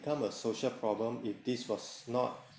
come a social problem if this was not